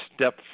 step